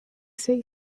say